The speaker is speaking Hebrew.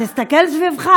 תסתכל סביבך,